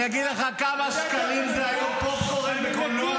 אני אגיד לך כמה שקלים זה היום פופקורן בקולנוע.